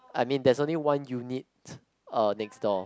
I mean there's only one unit uh next door